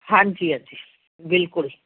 ਹਾਂਜੀ ਹਾਂਜੀ ਬਿਲਕੁਲ